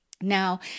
Now